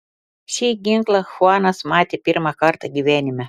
šį ginklą chuanas matė pirmą kartą gyvenime